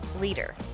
leader